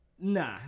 nah